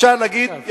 אפשר להגיד,